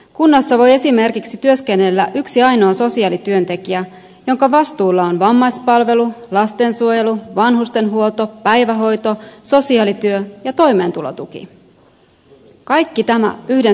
kunnassa voi esimerkiksi työskennellä yksi ainoa sosiaalityöntekijä jonka vastuulla on vammaispalvelu lastensuojelu vanhustenhuolto päivähoito sosiaalityö ja toimeentulotuki kaikki tämä yhden työntekijän vastuulla